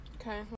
Okay